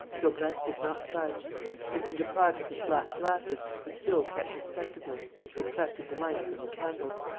daubrecq did not budge. he had been deprived of his black glasses, but still kept his spectacles, which reflected the light from the candles.